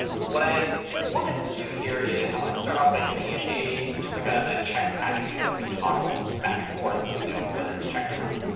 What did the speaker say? what i want to do here is i want to start off by giving it just like a ah checked attribute that we can toggle back and forth so we know whether it's checked or not.